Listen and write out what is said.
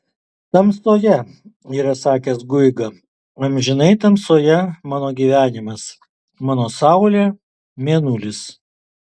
tamsoje yra sakęs guiga amžinai tamsoje mano gyvenimas mano saulė mėnulis